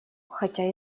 хотя